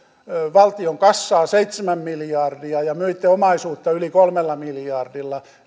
valtion kassaa seitsemän miljardia ja myitte omaisuutta yli kolmella miljardilla